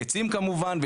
עצים כמובן,